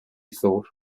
thought